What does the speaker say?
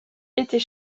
était